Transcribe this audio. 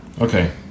Okay